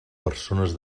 persones